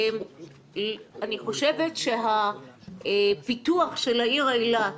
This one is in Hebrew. אני חושבת על פיתוח של העיר אילת